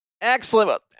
Excellent